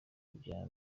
bya